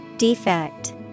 Defect